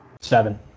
seven